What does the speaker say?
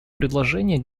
предложение